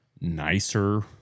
nicer